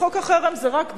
וחוק החרם זה רק דוגמה,